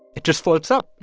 it just floats up,